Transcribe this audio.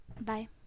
Bye